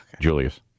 Julius